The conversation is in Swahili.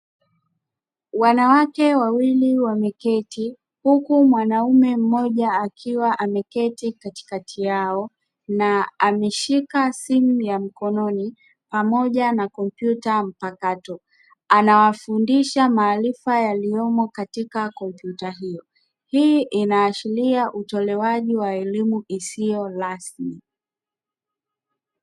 Wanawake wawili wameketi, huku mwanaume mmoja akiwa ameketi katikati yao na ameshika simu ya mkononi pamoja na kompyuta mpakato. Anawafundisha maarifa yaliyomo katika kompyuta hiyo. Hii inaashiria utolewaji wa elimu isiyo rasmi.